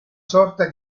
sorta